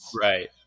right